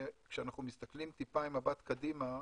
כשאנחנו מסתכלים עם מבט קדימה,